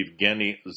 Evgeny